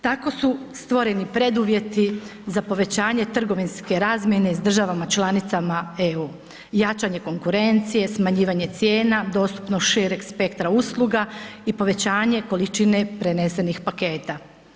Tako su stvoreni preduvjeti za povećanje trgovinske razmjene s državama članicama EU, jačanje konkurencije, smanjivanje cijena, dostupnost šireg spektra usluga i povećanje količine prenesenih paketa.